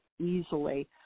easily